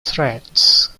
threats